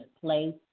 place